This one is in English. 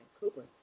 Cooper